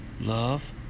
Love